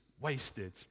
wasted